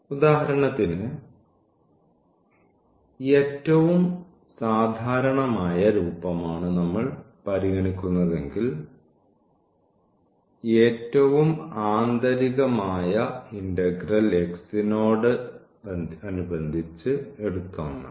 ഉദാഹരണത്തിന് ഏറ്റവും സാധാരണമായ രൂപമാണ് നമ്മൾ പരിഗണിക്കുന്നതെങ്കിൽ ഏറ്റവും ആന്തരികമായ ഇന്റഗ്രൽ x നോടനുബന്ധിച്ച് എടുത്ത ഒന്നാണ്